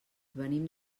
venim